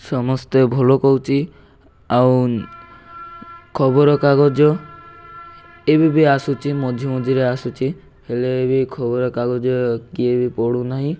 ସମସ୍ତେ ଭଲ କହୁଛି ଆଉ ଖବରକାଗଜ ଏବେ ବି ଆସୁଛି ମଝି ମଝିରେ ଆସୁଛି ହେଲେ ଏବେବି ଖବରକାଗଜ କିଏ ବି ପଢୁନାହିଁ